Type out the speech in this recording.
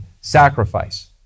sacrifice